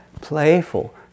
playful